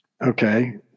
Okay